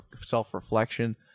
self-reflection